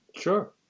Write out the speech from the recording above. Sure